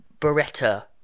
Beretta